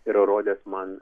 ir rodęs man